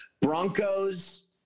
Broncos